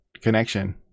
connection